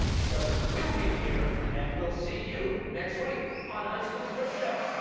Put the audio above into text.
because we'll be here, and we'll see you next week on high school quiz show.